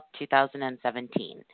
2017